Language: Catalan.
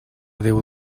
déu